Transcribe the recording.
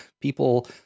People